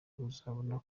azabona